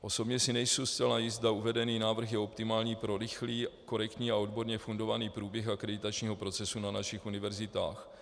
Osobně si nejsem zcela jist, zda uvedený návrh je optimální pro rychlý, korektní a odborně fundovaný průběh akreditačního procesu na našich univerzitách.